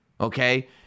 Okay